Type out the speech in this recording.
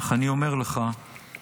אך אני אומר לך ולכולנו: